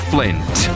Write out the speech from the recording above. Flint